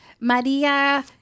Maria